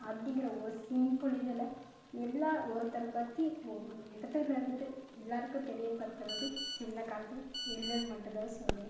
அப்படிங்கிற ஒரு சிம்பிள் இதில் எல்லா ஒருத்தரை பற்றி ஒரு இடத்துல இருந்துட்டு எல்லாருக்கும் தெரியப்படுத்துகிறது இந்தக் காலத்தில் செல்லுன்னு மட்டுந்தான் சொல்லுவேன்